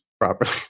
properly